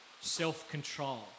self-control